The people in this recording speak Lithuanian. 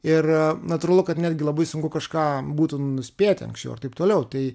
ir natūralu kad netgi labai sunku kažką būtų nuspėti anksčiau ir taip toliau tai